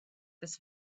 this